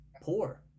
poor